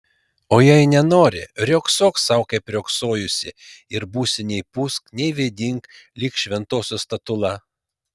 o jei nenori riogsok sau kaip riogsojusi ir būsi nei pūsk nei vėdink lyg šventosios statula